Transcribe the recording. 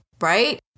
right